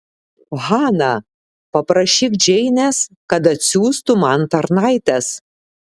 hana paprašyk džeinės kad atsiųstų man tarnaites